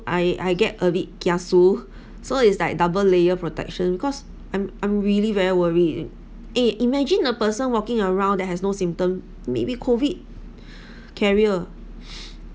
I I get a bit kiasu so it's like double layered protection cause I'm I'm really very worry eh imagine a person walking around that has no symptom may be COVID carrier